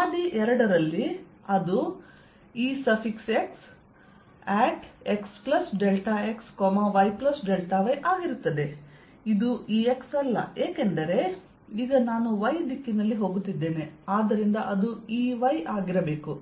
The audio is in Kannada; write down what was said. ಹಾದಿ 2 ರಲ್ಲಿ ಅದು Ex x∆x y∆y ಆಗಿರುತ್ತದೆ ಅದು Ex ಅಲ್ಲ ಏಕೆಂದರೆ ಈಗ ನಾನು y ದಿಕ್ಕಿನಲ್ಲಿ ಹೋಗುತ್ತಿದ್ದೇನೆ ಆದ್ದರಿಂದ ಅದು Ey ಆಗಿರಬೇಕು